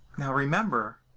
now remember